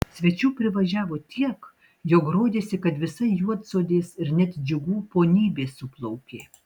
svečių privažiavo tiek jog rodėsi kad visa juodsodės ir net džiugų ponybė suplaukė